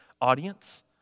audience